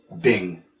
Bing